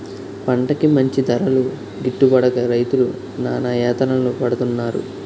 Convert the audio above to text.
పంటకి మంచి ధరలు గిట్టుబడక రైతులు నానాయాతనలు పడుతున్నారు